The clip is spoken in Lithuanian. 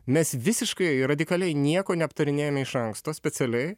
mes visiškai radikaliai nieko neaptarinėjame iš anksto specialiai